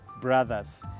brothers